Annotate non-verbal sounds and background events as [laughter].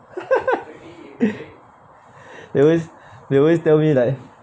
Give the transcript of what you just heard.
[laughs] they always they always tell me like